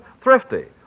thrifty